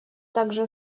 также